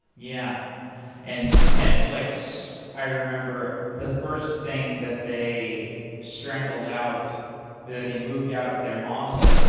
yeah and netflix, i remember, the first thing that they strangled out or that they moved out of their monolith,